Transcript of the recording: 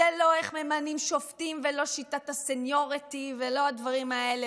זה לא איך ממנים שופטים ולא שיטת הסניוריטי ולא הדברים האלה.